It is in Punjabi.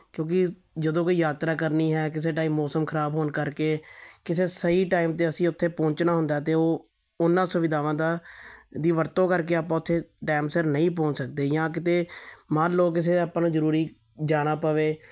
ਕਿਉਂਕਿ ਜਦੋਂ ਕੋਈ ਯਾਤਰਾ ਕਰਨੀ ਹੈ ਕਿਸੇ ਟਾਈਮ ਮੌਸਮ ਖਰਾਬ ਹੋਣ ਕਰਕੇ ਕਿਸੇ ਸਹੀ ਟਾਈਮ 'ਤੇ ਅਸੀਂ ਉੱਥੇ ਪਹੁੰਚਣਾ ਹੁੰਦਾ ਅਤੇ ਉਹ ਉਹਨਾਂ ਸੁਵਿਧਾਵਾਂ ਦਾ ਦੀ ਵਰਤੋਂ ਕਰਕੇ ਆਪਾਂ ਉੱਥੇ ਟਾਇਮ ਸਿਰ ਨਹੀਂ ਪਹੁੰਚ ਸਕਦੇ ਜਾਂ ਕਿਤੇ ਮੰਨ ਲਉ ਕਿਸੇ ਆਪਾਂ ਨੂੰ ਜ਼ਰੂਰੀ ਜਾਣਾ ਪਵੇ